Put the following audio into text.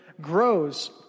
grows